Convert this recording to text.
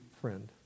friend